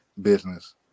business